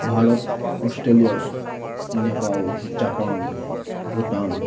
Bharat Australia Nepal Japan Bhutan